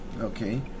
Okay